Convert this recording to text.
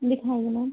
दिखाइए मैम